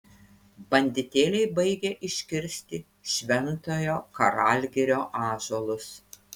banditėliai baigia iškirsti šventojo karalgirio ąžuolus